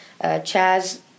Chaz